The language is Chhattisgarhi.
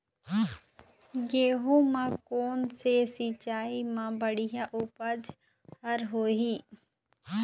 गेहूं म कोन से सिचाई म बड़िया उपज हर होही?